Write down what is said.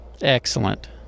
excellent